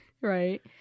Right